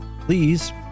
please